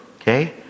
Okay